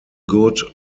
good